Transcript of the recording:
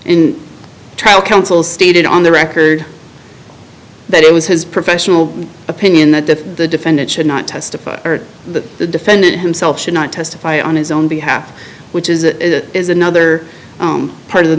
in trial counsel stated on the record that it was his professional opinion that the defendant should not testify that the defendant himself should not testify on his own behalf which is a is another part of the